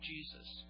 Jesus